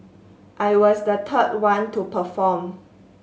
I was the third one to perform